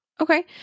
okay